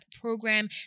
program